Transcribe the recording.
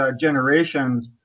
generations